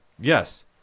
Yes